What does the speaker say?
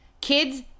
Kids